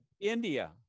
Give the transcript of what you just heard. India